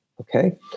okay